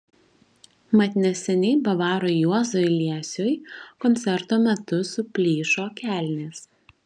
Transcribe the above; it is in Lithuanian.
mat neseniai bavarui juozui liesiui koncerto metu suplyšo kelnės